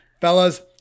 Fellas